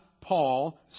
Paul